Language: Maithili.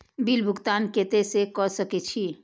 बिल भुगतान केते से कर सके छी?